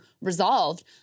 resolved